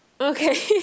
Okay